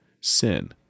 sin